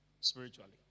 spiritually